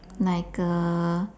like a